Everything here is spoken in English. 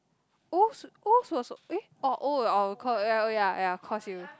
also also also eh oh oh oh I'll call oh ya oh ya ya cause you